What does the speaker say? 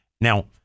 Now